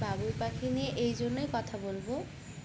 বাবুই পাখি নিয়ে এই জন্যই কথা বলবো